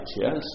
yes